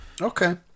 Okay